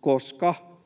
koska